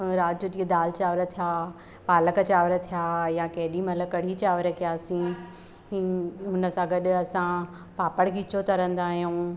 ऐं राति जो जीअं दालि चांवर थिया पालक चांवर थिया या केॾीमहिल कढ़ी चांवर थियासीं हुनसां गॾु असां पापड़ खीचो त तरंदा आहियूं